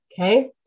okay